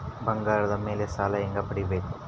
ಬಂಗಾರದ ಮೇಲೆ ಸಾಲ ಹೆಂಗ ಪಡಿಬೇಕು?